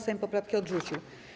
Sejm poprawki odrzucił.